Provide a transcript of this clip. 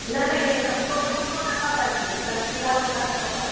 न न इहो चंपो चंपो न खपनि मूंखे चमकीला कपिड़ा न खपनि